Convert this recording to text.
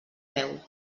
veu